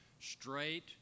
straight